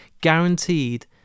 guaranteed